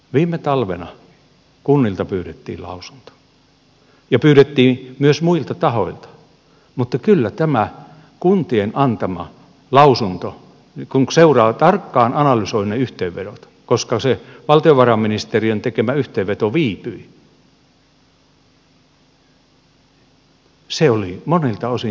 viime talvena kunnilta pyydettiin lausunto ja pyydettiin myös muilta tahoilta mutta kyllä tämä kuntien antama lausunto kun seuraa tarkkaan ja analysoi ne yhteenvedot se valtiovarainministeriön tekemä yhteenveto viipyi oli monilta osin tyrmäävä